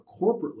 corporately